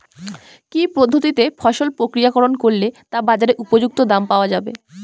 কি পদ্ধতিতে ফসল প্রক্রিয়াকরণ করলে তা বাজার উপযুক্ত দাম পাওয়া যাবে?